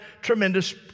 tremendous